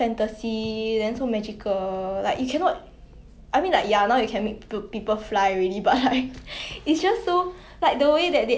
ya actually I agree lah I think animation film is like one of the best film because they always have a lesson learned and it's not like you know how for like